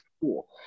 cool